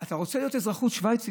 אם אתה רוצה להיות אזרח שווייצרי,